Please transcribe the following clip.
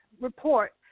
report